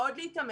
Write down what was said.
מאוד להתאמץ.